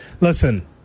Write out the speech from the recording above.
Listen